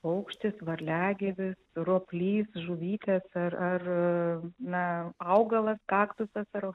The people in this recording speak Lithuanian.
paukštis varliagyvis roplys žuvytės ar ar na augalas kaktusas ar